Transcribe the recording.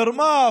מרמה,